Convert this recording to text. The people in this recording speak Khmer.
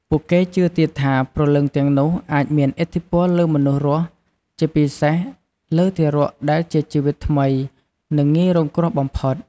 ពួកគេជឿទៀតថា ព្រលឹងទាំងនោះអាចមានឥទ្ធិពលលើមនុស្សរស់ ជាពិសេសលើទារកដែលជាជីវិតថ្មី និងងាយរងគ្រោះបំផុត។